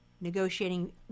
negotiating